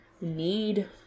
need